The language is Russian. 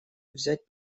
взять